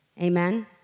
Amen